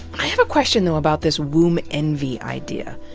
i have a question, though, about this womb envy idea.